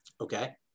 Okay